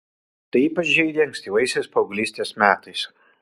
tai ypač žeidė ankstyvaisiais paauglystės metais